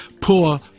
Poor